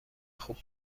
خوب